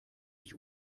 ich